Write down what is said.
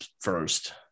first